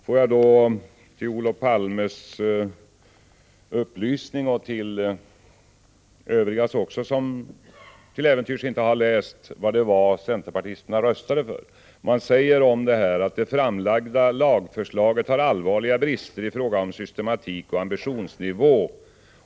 Får jag upplysa Olof Palme, och övriga som till äventyrs inte känner till vad centerpartisterna röstade för, om att det sägs att det framlagda lagförslaget har allvarliga brister i fråga om systematik och ambitionsnivå.